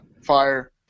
fire